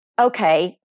okay